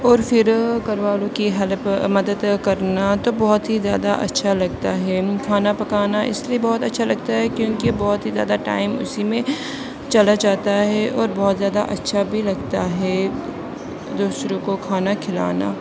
اور پھر گھر والوں کی ہیلپ مدد کرنا تو بہت ہی زیادہ اچھا لگتا ہے کھانا پکانا اس لیے بہت اچھا لگتا ہے کیونکہ بہت ہی زیادہ ٹائم اسی میں چلا جاتا ہے اور بہت زیادہ اچھا بھی لگتا ہے دوسروں کو کھانا کھلانا